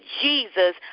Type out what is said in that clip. Jesus